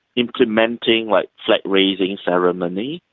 implementing like flag raising ceremonies,